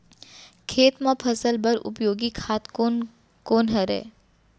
खेत म फसल बर उपयोगी खाद कोन कोन हरय?